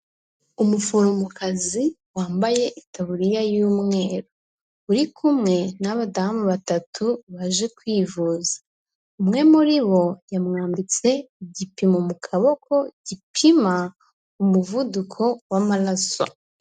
Umuforomokazi wambaye itaburiya y'umweru, uri kumwe n'abadamu batatu baje kwivuza, umwe muri bo yamwambitse igipimo mu kaboko gipima umuvuduko w'amaraso.